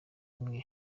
imwe